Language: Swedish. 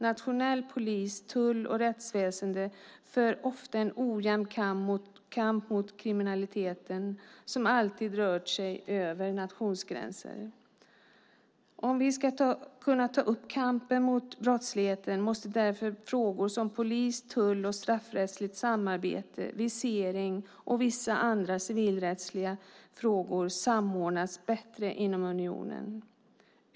Nationell polis, tull och rättsväsen för ofta en ojämn kamp mot kriminaliteten som alltid rört sig över nationsgränser. Om vi ska kunna ta upp kampen mot brottsligheten måste därför frågor som polis och tullsamarbete samt straffrättsligt samarbete, visering och vissa andra civilrättsliga frågor samordnas bättre inom unionen.